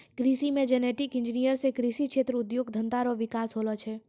कृषि मे genetic engineer से कृषि क्षेत्र उद्योग धंधा रो विकास होलो छै